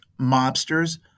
mobsters